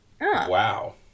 Wow